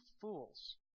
fools